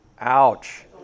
Ouch